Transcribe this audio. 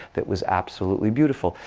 that was absolutely beautiful.